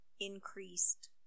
increased